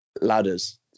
ladders